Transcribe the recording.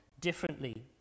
differently